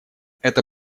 это